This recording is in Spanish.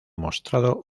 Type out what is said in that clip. mostrado